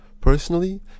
Personally